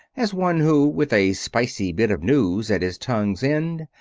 as one who, with a spicy bit of news at his tongue's end,